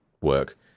work